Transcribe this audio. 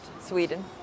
Sweden